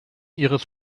ihres